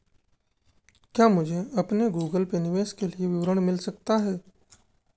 क्या मुझे अपने गूगल पे निवेश के लिए विवरण मिल सकता है?